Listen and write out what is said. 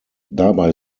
dabei